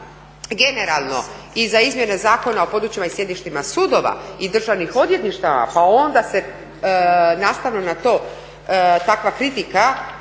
generalno i za izmjene Zakona o područjima i sjedištima sudova i državnih odvjetništava pa onda se nastavno na to takva kritika